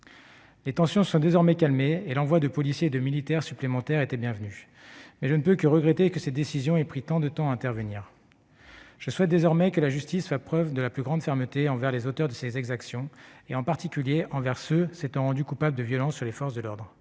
Les tensions se sont désormais calmées et l'envoi de policiers et de militaires supplémentaires était bienvenu. Mais je ne peux que regretter que cette décision ait pris tant de temps à intervenir. Je souhaite désormais que la justice fasse preuve de la plus grande fermeté envers les auteurs de telles exactions, en particulier envers ceux qui se sont rendus coupables de violences sur les forces de l'ordre.